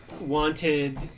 wanted